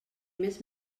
més